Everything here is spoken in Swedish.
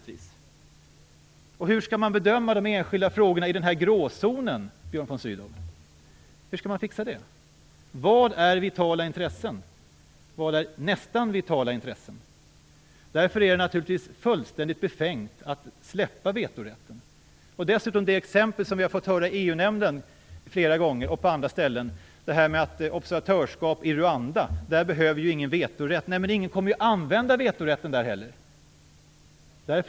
Hur skall man bedöma de enskilda frågorna i den gråzonen, Björn von Sydow? Hur skall man fixa det? Vad är vitala intressen, och vad är nästan vitala intressen? Det är naturligtvis fullständigt befängt att släppa vetorätten. Det exempel som vi flera gånger har fått höra i EU nämnden och på andra ställen är att vi inte behöver någon vetorätt när det gäller observatörskap i Rwanda. Men ingen kommer heller att använda vetorätten i ett sådant fall!